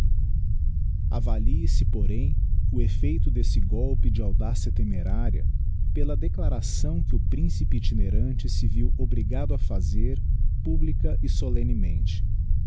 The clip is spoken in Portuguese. avalie se porém o eflfeito desse golpe de audadigiti zedby google cia temerária pela declaração que o principe itinerante se viu obrigado a fazer publica e solemnemente